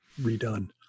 redone